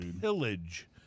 Pillage